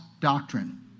doctrine